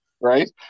Right